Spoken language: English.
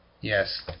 yes